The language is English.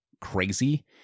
crazy